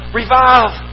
revive